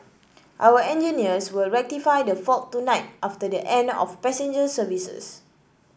our engineers will rectify the fault tonight after the end of passenger services